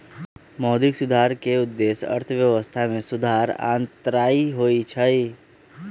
मौद्रिक सुधार के उद्देश्य अर्थव्यवस्था में सुधार आनन्नाइ होइ छइ